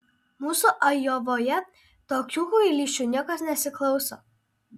mūsų ajovoje tokių kvailysčių niekas nesiklauso